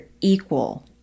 equal